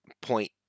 point